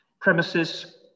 premises